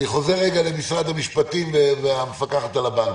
אני חוזר למשרד המשפטים והמפקחת על הבנקים.